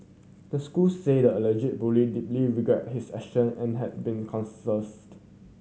the school said the alleged bully deeply regret his action and has been